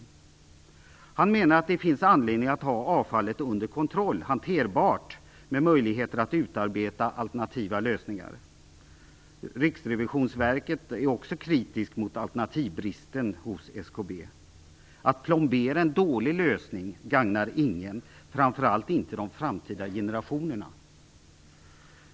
Phil Richardson menar att det finns anledning att ha avfallet under kontroll och hanterbart, med möjligheter att utarbeta alternativa lösningar. Riksrevisionsverket är också kritiskt mot alternativbristen hos SKB. Att plombera en dålig lösning gagnar ingen, framför allt inte framtida generationer.